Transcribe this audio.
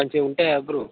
మంచిగుంటాయా bro